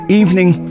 evening